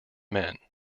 men